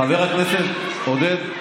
חבר הכנסת עודד,